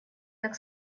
так